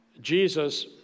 Jesus